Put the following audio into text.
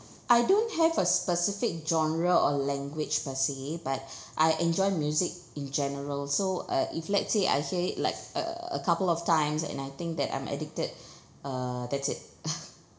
I don't have a specific genre or language per se but I enjoy music in general so uh if let's say I hear it like a a couple of times and I think that I'm addicted uh that's it